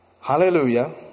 hallelujah